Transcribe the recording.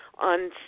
on